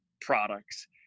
products